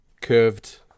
curved